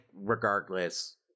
regardless